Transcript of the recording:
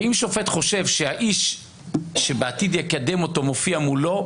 ואם שופט חושב שהאיש שבעתיד יקדם אותו מופיע מולו,